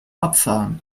abfahren